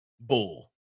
bull